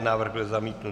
Návrh byl zamítnut.